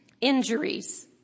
injuries